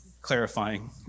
clarifying